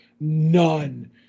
none